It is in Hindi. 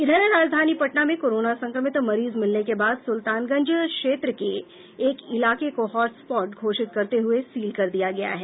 इधर राजधानी पटना में कोरोना संक्रमित मरीज मिलने के बाद सुल्तानगंज क्षेत्र के एक इलाके को हॉट सपॉट घोषित करते हुए सील कर दिया गया है